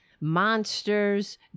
monsters